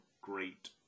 great